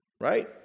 Right